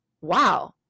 wow